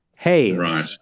hey